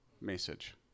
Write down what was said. message